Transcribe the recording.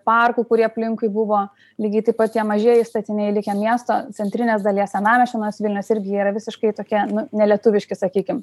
parkų kurie aplinkui buvo lygiai taip pat tie mažieji statiniai likę miesto centrinės dalies senamiesčio naujos vilnios irgi jie yra visiškai tokie nelietuviški sakykim